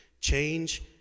Change